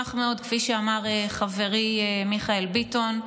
אשמח מאוד, כפי שאמר חברי מיכאל ביטון,